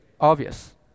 obvious